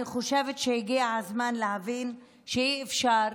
אני חושבת שהגיע הזמן להבין שאי-אפשר,